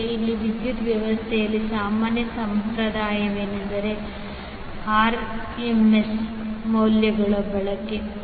ಈಗ ಇಲ್ಲಿ ವಿದ್ಯುತ್ ವ್ಯವಸ್ಥೆಯಲ್ಲಿ ಸಾಮಾನ್ಯ ಸಂಪ್ರದಾಯವೆಂದರೆ RMS ಮೌಲ್ಯಗಳ ಬಳಕೆ